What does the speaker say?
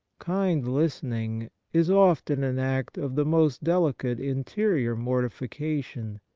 kind listening is often an act of the most delicate mterior mortification,